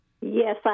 Yes